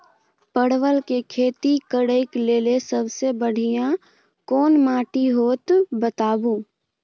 परवल के खेती करेक लैल सबसे बढ़िया कोन माटी होते बताबू?